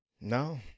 No